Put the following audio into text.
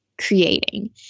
creating